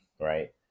right